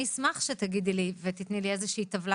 אני אשמח שתגידי לי ותתני לי איזו שהיא טבלה